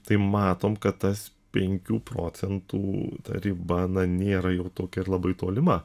tai matom kad tas penkių procentų riba na nėra jau tokia ir labai tolima